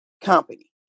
company